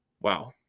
Wow